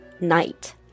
night